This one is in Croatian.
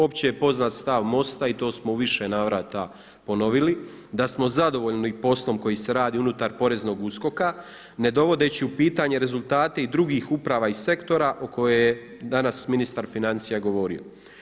Opće je poznat stav MOST-a i to smo u više navrata ponovili da smo zadovoljni poslom koji se radi unutar poreznog USKOK-a ne dovodeći u pitanje rezultate i drugih uprava i sektora o kojoj je danas ministar financija govorio.